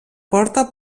porta